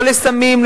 לא לסמים,